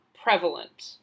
prevalent